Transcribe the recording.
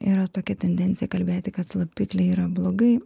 yra tokia tendencija kalbėti kad slopikliai yra blogai